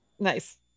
nice